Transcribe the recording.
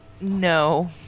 No